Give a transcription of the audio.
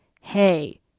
hey